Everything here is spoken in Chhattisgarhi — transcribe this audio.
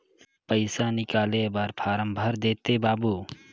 पइसा निकाले बर फारम भर देते बाबु?